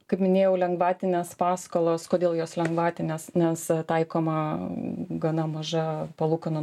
kaip minėjau lengvatinės paskolos kodėl jos lengvatinės nes taikoma gana maža palūkanų